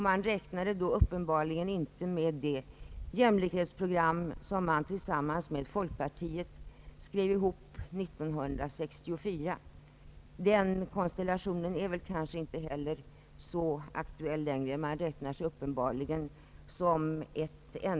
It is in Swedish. Man räknade då uppenbar ligen inte med det jämlikhetsprogram som man tillsammans med folkpartiet skrev ihop 1964. Den konstellationen är kanske inte heller så aktuell längre.